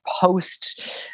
post